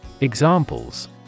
Examples